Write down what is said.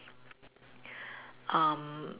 um